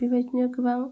बिबादिनो गोबां